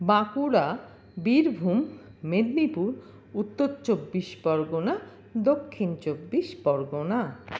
বাঁকুড়া বীরভূম মেদিনীপুর উত্তর চব্বিশ পরগনা দক্ষিণ চব্বিশ পরগনা